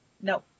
No